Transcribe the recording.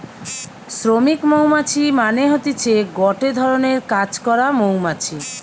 শ্রমিক মৌমাছি মানে হতিছে গটে ধরণের কাজ করা মৌমাছি